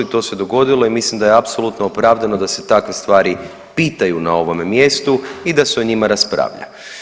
To se dogodilo i mislim da je apsolutno opravdano da se takve stvari pitaju na ovome mjestu i da se o njima raspravlja.